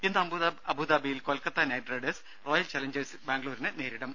ഇന്ന് അബുദാബിയിൽ Kolkata knight riders royal challengers ബാംഗ്ലൂരിനെ നേരിടും